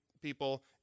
people